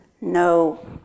no